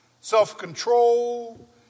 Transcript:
Self-control